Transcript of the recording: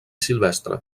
silvestre